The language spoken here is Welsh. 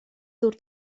ddŵr